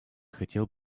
хотел